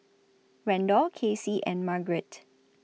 Randall Casey and Margaret